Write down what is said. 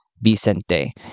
Vicente